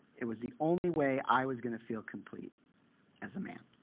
it was the only way i was going to feel complete as a man.